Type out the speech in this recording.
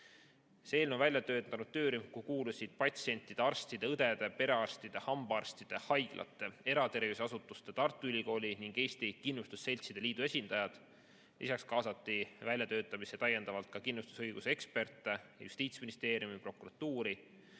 Eelnõu on välja töötanud töörühm, kuhu kuulusid patsientide, arstide, õdede, perearstide, hambaarstide, haiglate, eratervishoiuasutuste, Tartu Ülikooli ning Eesti Kindlustusseltside Liidu esindajad. Lisaks kaasati väljatöötamisse täiendavalt kindlustusõiguse eksperte, Justiitsministeerium, prokuratuur.